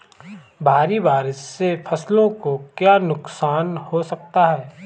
भारी बारिश से फसलों को क्या नुकसान हो सकता है?